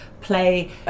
play